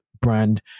brand